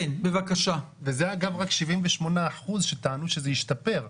וזה אגב רק 78% שטענו שזה השתפר.